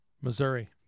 Missouri